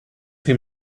him